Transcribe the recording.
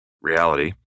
reality